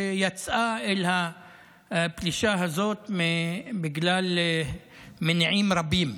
שיצאה אל הפלישה הזאת בגלל מניעים רבים,